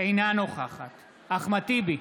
אינו נוכח אחמד טיבי,